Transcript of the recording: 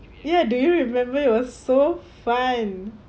ya do you remember it was so fun